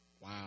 wow